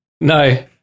No